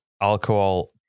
alcohol